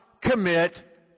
commit